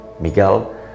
Miguel